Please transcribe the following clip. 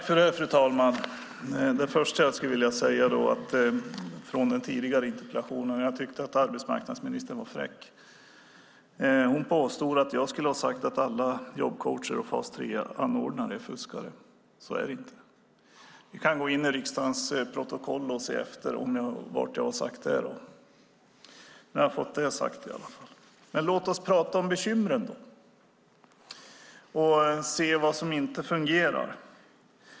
Fru talman! Jag skulle vilja börja med att säga något om den tidigare interpellationsdebatten. Jag tyckte att arbetsmarknadsministern var fräck. Hon påstod att jag skulle ha sagt att alla jobbcoacher och fas 3-anordnare var fuskare. Så är det inte. Man kan gå till riksdagens protokoll och där läsa vad jag har sagt. Nu har jag i alla fall fått det sagt. Låt oss tala om bekymren och se vad som inte fungerar.